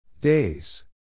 Days